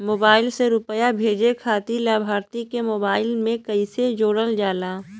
Mobile से रूपया भेजे खातिर लाभार्थी के मोबाइल मे कईसे जोड़ल जाला?